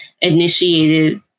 initiated